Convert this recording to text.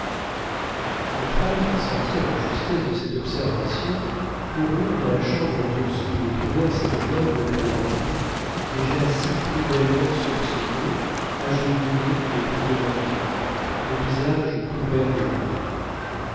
les femmes qui sentirent la justesse de cette observation coururent dans la chambre d'ursule et trouvèrent cette noble créature déjà si cruellement soupçonnée agenouillée et priant dieu le visage couvert de larmes